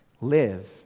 live